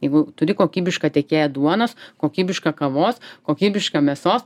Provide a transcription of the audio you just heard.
jeigu turi kokybišką tiekėją duonos kokybišką kavos kokybišką mėsos